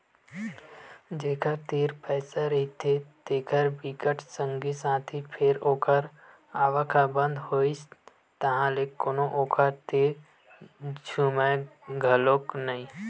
जेखर तीर पइसा रहिथे तेखर बिकट संगी साथी फेर ओखर आवक ह बंद होइस ताहले कोनो ओखर तीर झुमय घलोक नइ